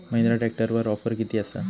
महिंद्रा ट्रॅकटरवर ऑफर किती आसा?